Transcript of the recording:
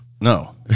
No